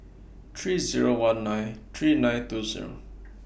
three Zero one nine three nine two Zero